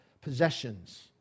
possessions